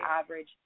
average